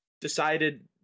decided